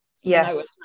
yes